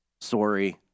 Sorry